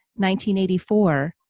1984